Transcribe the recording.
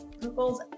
google's